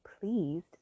pleased